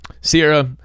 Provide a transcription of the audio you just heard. sierra